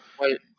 Wait